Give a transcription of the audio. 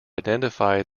identify